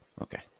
okay